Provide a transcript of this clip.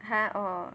!huh! oh